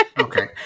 Okay